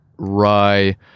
rye